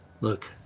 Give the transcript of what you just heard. Look